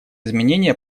изменения